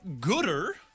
gooder